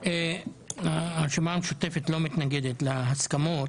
הרשימה המשותפת לא מתנגדת להסכמות